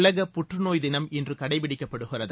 உலக புற்றுநோய் தினம் இன்று கடைப்பிடிக்கப்படுகிறது